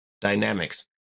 dynamics